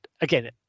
again